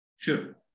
Sure